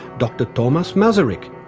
dr thomas masaryk,